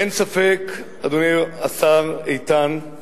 אין ספק, אדוני השר איתן,